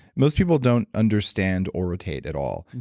most people don't understand orotate at all.